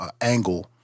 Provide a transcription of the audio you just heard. angle